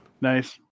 Nice